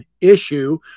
issue